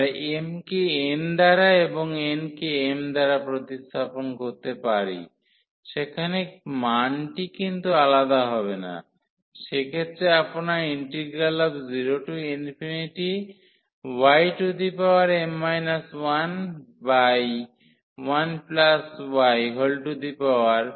আমরা m কে n দ্বারা এবং n কে m দ্বারা প্রতিস্থাপন করতে পারি সেখানে মানটি কিন্তু আলাদা হবে না সেক্ষেত্রে আপনার 0ym 11ymndy থাকবে